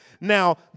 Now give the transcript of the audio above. Now